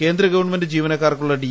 കേന്ദ്ര ഗവൺമെന്റ് ജീവനക്കാർക്കുള്ള ഡി